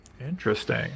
interesting